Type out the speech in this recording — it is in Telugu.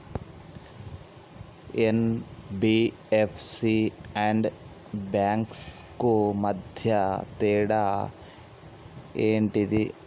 ఎన్.బి.ఎఫ్.సి అండ్ బ్యాంక్స్ కు మధ్య తేడా ఏంటిది?